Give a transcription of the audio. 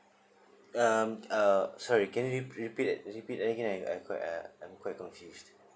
um uh sorry can you re~ repeat repeat again I I uh I'm quite confused